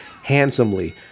handsomely